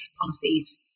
policies